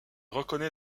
reconnait